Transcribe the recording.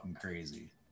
crazy